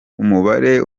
umubare